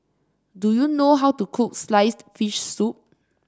do you know how to cook sliced fish soup